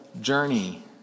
journey